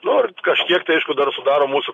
nu ir kažkiek tai aišku dar sudaro mūsų